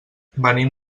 venim